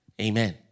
Amen